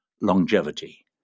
longevity